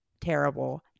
terrible